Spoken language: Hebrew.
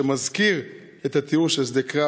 ומזכיר תיאור של שדה קרב.